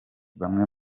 bamwe